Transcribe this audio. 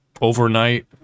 Overnight